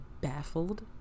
baffled